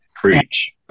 Preach